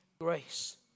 grace